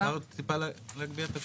מי מפעיל את זה?